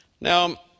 Now